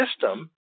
system